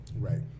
Right